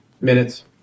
Minutes